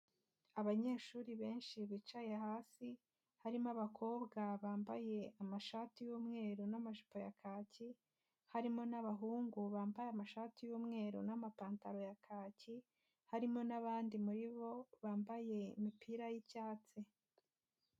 Abanyeshuri benshi bicaye hasi harimo abakobwa bambaye amashati y'umweru n'amajipo ya kaki, harimo n'abahungu bambaye amashati y'umweru n'amapantaro ya kaki, harimo n'abandi muri bo bambaye imipira y'icyatsi.